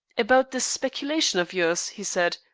about this speculation of yours, he said.